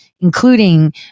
including